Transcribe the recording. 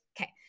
Okay